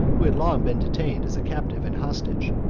who had long been detained as a captive and hostage,